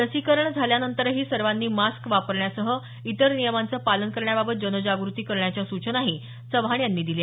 लसीकरण झाल्यानंतरही सर्वांनी मास्क वापरण्यासह इतर नियमांचं पालन करण्याबाबत जनजागृती करण्याच्या सूचनाही चव्हाण यांनी दिल्या